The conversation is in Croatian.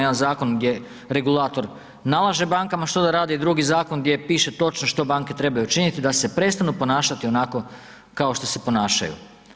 Jedan zakon gdje regulator nalaže bankama što da rade i drugi zakon gdje piše točno što banke trebaju učiniti da se prestanu ponašati onako kao što se ponašaju.